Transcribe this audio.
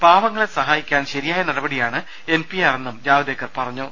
പാവങ്ങളെ സഹായിക്കാൻ ശരിയായ നടപടിയാണ് എൻ പി ആർ എന്നും ജാവ്ദേക്കർ പറ ഞ്ഞു